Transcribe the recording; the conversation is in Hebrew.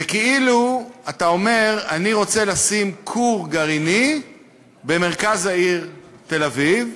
זה כאילו אתה אומר: אני רוצה לשים כור גרעיני במרכז העיר תל-אביב,